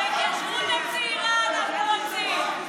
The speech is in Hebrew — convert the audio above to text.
על ההתיישבות הצעירה אנחנו רוצים.